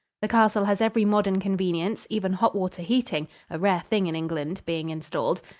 the castle has every modern convenience, even hot-water heating a rare thing in england being installed.